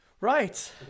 Right